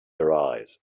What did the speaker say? arise